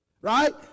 right